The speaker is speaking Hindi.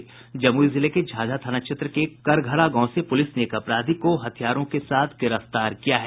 जमुई जिले के झाझा थाना क्षेत्र के करघरा गांव से पुलिस ने एक अपराधी को हथियारों के साथ गिरफ्तार किया है